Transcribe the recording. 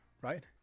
right